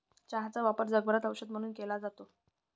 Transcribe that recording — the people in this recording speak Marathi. चहाचा वापर जगभरात औषध म्हणून केला जातो